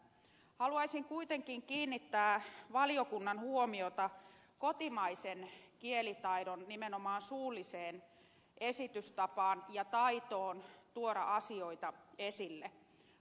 haluaisin kuitenkin kiinnittää valiokunnan huomiota kotimaisen kielen taidoissa nimenomaan suulliseen esitystapaan ja taitoon tuoda asioita esille